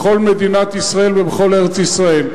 בכל מדינת ישראל ובכל ארץ-ישראל.